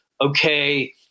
okay